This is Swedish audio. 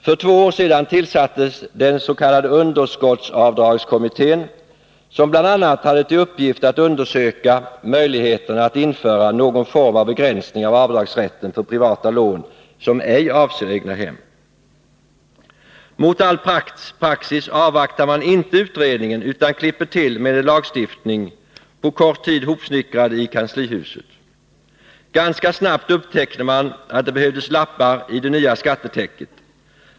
För två år sedan tillsattes den s.k. underskottsavdragsutredningen, som bl.a. hade till uppgift att undersöka möjligheterna att införa någon form av begränsning av avdragsrätten för privata lån som ej avser egnahem. Mot all praxis avvaktar man inte utredningen utan klipper till med en lagstiftning, på kort tid hopsnickrad i kanslihuset. Ganska snabbt upptäckte man att det behövdes lappar i det nya skattetäcket.